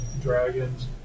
Dragons